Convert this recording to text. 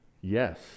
Yes